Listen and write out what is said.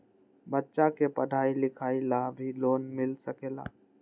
बच्चा के पढ़ाई लिखाई ला भी लोन मिल सकेला?